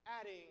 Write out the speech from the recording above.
adding